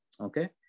okay